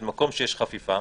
במקום שיש חפיפה,